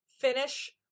finish